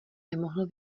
nemohl